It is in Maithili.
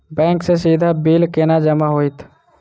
बैंक सँ सीधा बिल केना जमा होइत?